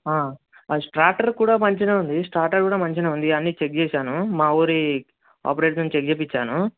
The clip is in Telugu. స్ట్రాటర్ కూడా మంచిగానే ఉంది స్టాటర్ కూడా మంచిగానే ఉంది అన్నీ చెక్ చేసాను మా ఊరి ఆపరేటర్ని చెక్ చేయించాను